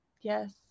Yes